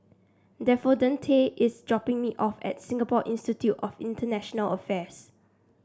is dropping me off at Singapore Institute of International Affairs